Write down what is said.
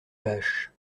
vache